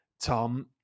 Tom